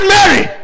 Mary